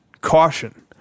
caution